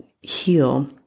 heal